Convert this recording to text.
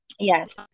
yes